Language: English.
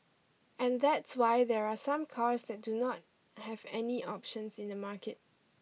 and that's why there are some cars that do not have any options in the market